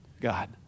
God